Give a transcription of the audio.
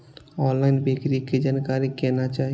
Online बिक्री के जानकारी केना चाही?